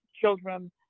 Children